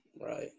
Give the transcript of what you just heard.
right